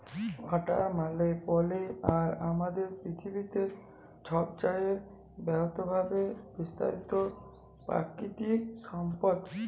water মালে পালি আর আমাদের পিথিবীতে ছবচাঁয়ে বহুতভাবে বিস্তারিত পাকিতিক সম্পদ